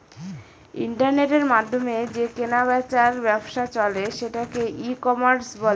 ইন্টারনেটের মাধ্যমে যে কেনা বেচার ব্যবসা চলে সেটাকে ই কমার্স বলে